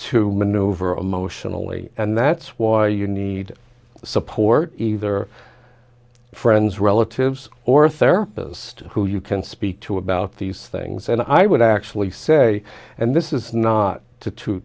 to maneuver a motion only and that's why you need support either friends relatives or therapist who you can speak to about these things and i would actually say and this is not to to